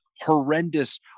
horrendous